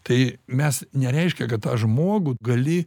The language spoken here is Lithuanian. tai mes nereiškia kad tą žmogų gali